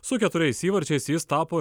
su keturiais įvarčiais jis tapo